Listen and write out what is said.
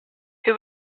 who